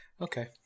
Okay